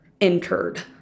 entered